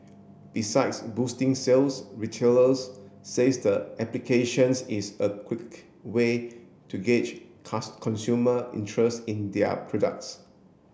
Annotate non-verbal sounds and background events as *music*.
besides boosting sales retailers says the applications is a quick way to gauge *unintelligible* consumer interest in their products